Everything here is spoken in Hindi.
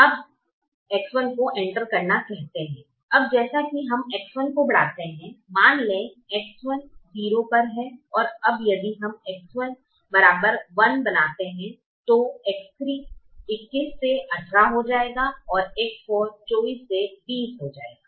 अब जैसा कि हम X1 को बढ़ाते हैं मान लें कि X1 0 पर है अब यदि हम X1 1 बनाते हैं तो X3 21 से 18 हो जाएगा ओर X4 24 से 20 हो जाएगा